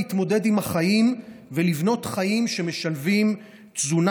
להתמודד עם החיים ולבנות חיים שמשלבים תזונה